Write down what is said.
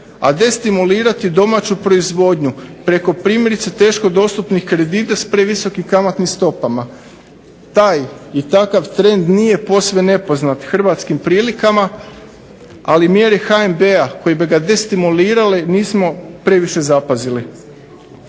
a destimulirati domaću proizvodnju preko primjerice teško dostupnih kredita s previsokim kamatnim stopama. Taj i takav trend nije posve nepoznat hrvatskim prilikama, ali mjere HNB-a koje bi ga destimulirale nismo previše zapazili.